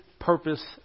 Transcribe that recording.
purpose